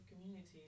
community